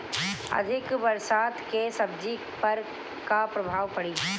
अधिक बरसात के सब्जी पर का प्रभाव पड़ी?